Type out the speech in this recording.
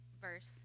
verse